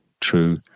true